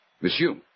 Monsieur